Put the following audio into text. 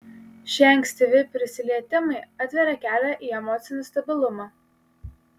šie ankstyvi prisilietimai atveria kelią į emocinį stabilumą